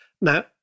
Now